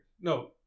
No